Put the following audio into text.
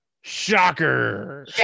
Shocker